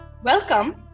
Welcome